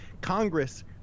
Congress